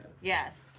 Yes